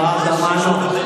השרה תמנו,